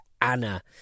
Anna